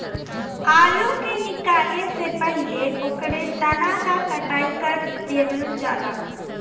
आलू के निकाले से पहिले ओकरे तना क कटाई कर देवल जाला